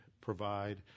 provide